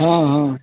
हाँ हाँ